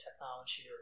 technology